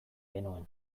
genuen